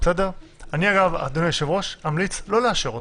אני אגב, אדוני היושב-ראש, אמליץ לא לאשר אותו,